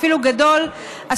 אפילו גדול,